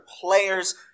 players